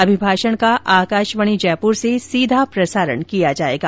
अभिभाषण का आकाशवाणी जयप्र से सीधा प्रसारण किया जायेगा